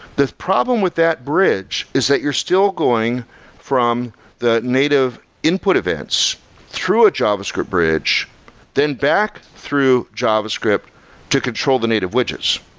the problem with that bridge is that you're still going from the native input events through a javascript bridge then back through javascript to control the native widgets.